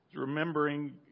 remembering